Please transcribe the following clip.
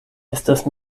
estas